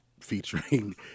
featuring